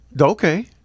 Okay